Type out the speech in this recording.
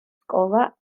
სკოლა